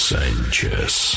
Sanchez